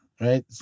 right